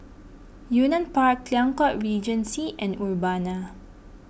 Yunnan Park Liang Court Regency and Urbana